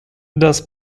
das